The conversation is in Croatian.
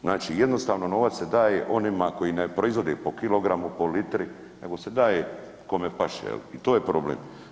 Znači, jednostavno novac se daje onima koji ne proizvode po kilogramu, po litri nego se daje kome paše i to je problem.